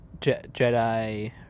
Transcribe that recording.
Jedi